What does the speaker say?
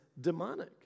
demonic